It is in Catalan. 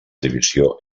divisió